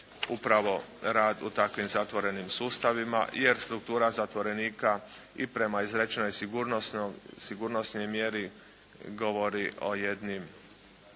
upravo rad u takvim zatvorenim sustavima, jer struktura zatvorenika i prema izrečenoj sigurnosnoj mjeri govori o jednim